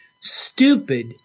stupid